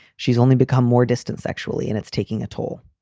she's only become more distant sexually and it's taking a toll.